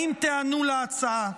האם תיענו להצעה?